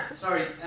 Sorry